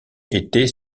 était